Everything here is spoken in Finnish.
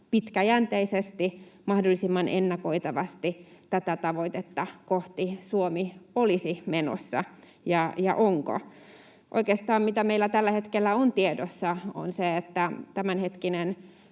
pitkäjänteisesti, mahdollisimman ennakoitavasti tätä tavoitetta kohti Suomi olisi menossa ja onko. Oikeastaan se, mitä meillä tällä hetkellä on tiedossa, on se, että tämänhetkinen